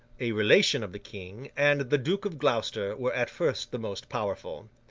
a relation of the king, and the duke of gloucester, were at first the most powerful.